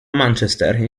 manchester